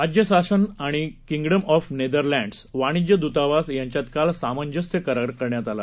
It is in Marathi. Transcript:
राज्यशासनआणि किंगडम ऑफ नेदरलँड्सच्या वाणिज्य दृतावास यांच्यांतकाल सामंजस्य करार करण्यात आला